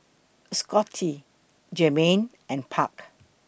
Scottie Jermaine and Park